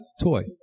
toy